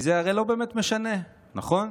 כי זה הרי לא באמת משנה, נכון?